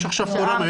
יש עכשיו קורונה,